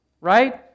right